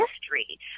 history